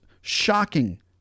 shocking